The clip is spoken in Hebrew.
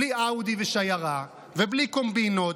בלי אאודי ושיירה ובלי קומבינות,